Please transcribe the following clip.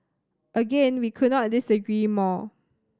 again we could not disagree more